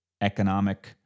economic